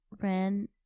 ran